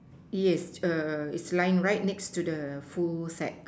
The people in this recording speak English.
yes err its lying right next to the full set